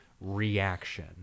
reaction